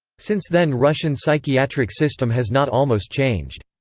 since then russian psychiatric system has not almost changed.